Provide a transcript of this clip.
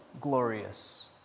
glorious